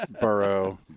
Burrow